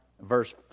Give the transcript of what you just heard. verse